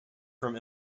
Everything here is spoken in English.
from